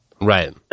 Right